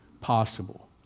possible